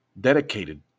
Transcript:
dedicated